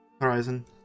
horizon